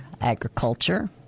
agriculture